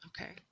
Okay